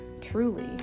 truly